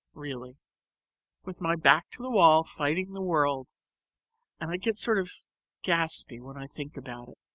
really with my back to the wall fighting the world and i get sort of gaspy when i think about it.